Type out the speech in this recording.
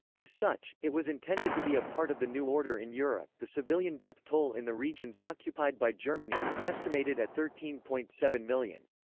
as such, it was intended to be a part of the new order in europe the civilian death toll in the regions occupied by germany was estimated at thirteen point seven million.